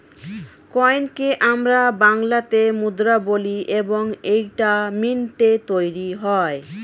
কয়েনকে আমরা বাংলাতে মুদ্রা বলি এবং এইটা মিন্টে তৈরী হয়